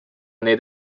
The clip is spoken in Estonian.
neid